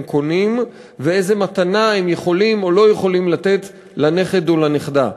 קונים ואיזו מתנה הם יכולים או לא יכולים לתת לנכד או לנכדה.